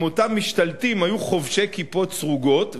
אם אותם משתלטים היו חובשי כיפות סרוגות,